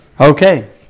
Okay